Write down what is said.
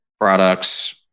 products